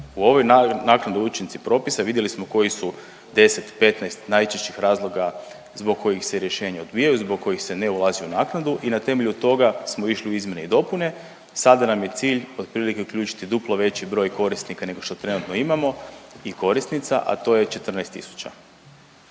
U ovoj naknadni učinci propisa vidjeli smo koji su 10, 15 najčešćih razloga zbog kojih se rješenja odbijaju, zbog kojih se ne ulazi u naknadu i na temelju toga smo išli u izmjene i dopune. Sada nam je cilj otprilike uključiti duplo veći broj korisnika nego što trenutno imamo i korisnica, a to je 14